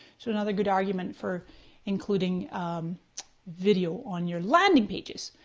so another good argument for including video on your landing pages.